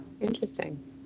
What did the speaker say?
interesting